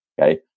Okay